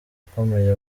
ukomeye